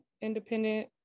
independent